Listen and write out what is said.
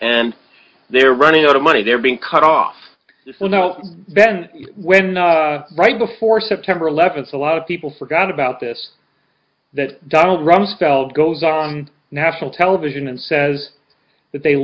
and they're running out of money they're being cut off then when right before september eleventh a lot of people forgot about this that donald rumsfeld goes on national television and says that they